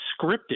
scripted